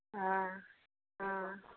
हँ हँ